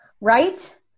Right